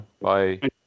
bye